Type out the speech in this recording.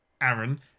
Aaron